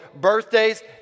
birthdays